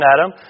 Adam